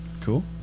Cool